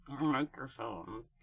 microphone